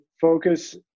focus